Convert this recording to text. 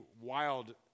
wild